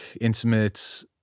intimate